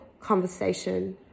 conversation